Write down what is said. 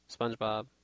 SpongeBob